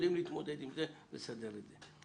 יודעים להתמודד עם זה ולסדר את זה.